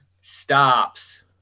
stops